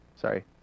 Sorry